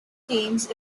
teams